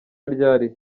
ryari